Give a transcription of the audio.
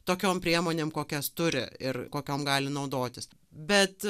tokiom priemonėm kokias turi ir kokiom gali naudotis bet